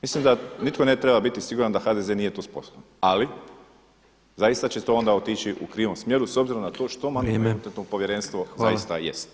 Mislim da nitko ne treba biti siguran da HDZ nije to sposoban, ali zaista će to onda otići u krivom smjeru s obzirom na to što Mandatno-imunitetno povjerenstvo zaista jest.